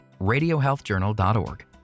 RadioHealthJournal.org